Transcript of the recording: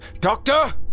Doctor